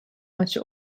maçı